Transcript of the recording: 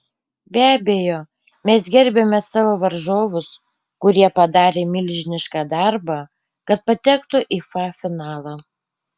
be abejo mes gerbiame savo varžovus kurie padarė milžinišką darbą kad patektų į fa finalą